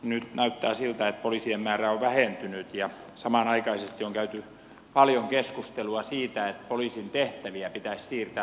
nyt näyttää siltä että poliisien määrä on vähentynyt ja samanaikaisesti on käyty paljon keskustelua siitä että poliisin tehtäviä pitäisi siirtää muille viranomaisille